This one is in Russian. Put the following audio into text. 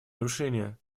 нарушения